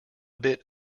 bit